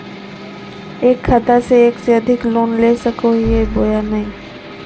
एक खाता से एक से अधिक लोन ले सको हियय बोया नय?